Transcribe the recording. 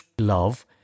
love